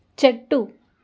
చెట్టు